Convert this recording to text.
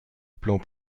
plans